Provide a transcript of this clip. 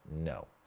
no